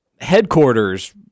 headquarters